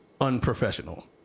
unprofessional